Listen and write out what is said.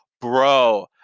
Bro